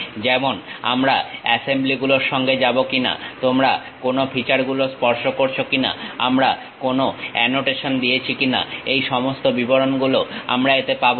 যেমন আমরা অ্যাসেম্বলি গুলোর সঙ্গে যাবো কিনা তোমরা কোনো ফিচারগুলো স্পর্শ করেছো কিনা আমরা কোনো অ্যানোটেশন দিয়েছি কিনা এই সমস্ত বিবরণ গুলো আমরা এতে পাবো